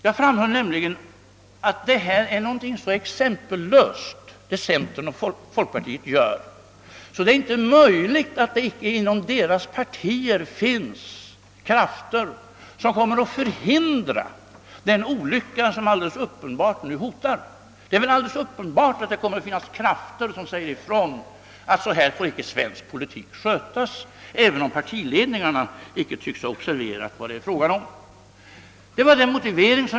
Jag framhöll nämligen att vad centern och folkpartiet gör är någonting så exempellöst att det inte är möjligt att det icke inom dessa partier finns krafter som kommer att förhindra den olycka som alldeles uppenbart hotar, krafter som säger ifrån att så får icke svensk politik skötas, även om partiledningarna icke tycks ha observerat vad det är fråga om.